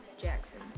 Jackson